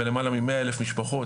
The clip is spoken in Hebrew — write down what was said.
בלמעלה ממאה אלף משפחות,